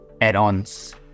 add-ons